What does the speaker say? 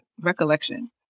recollection